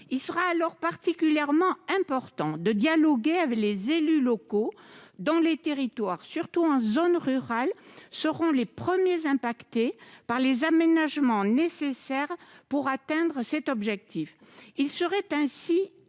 Il sera alors particulièrement important de dialoguer avec les élus locaux, car les territoires, notamment ruraux, seront les premiers affectés par les aménagements nécessaires pour atteindre cet objectif. Il serait notamment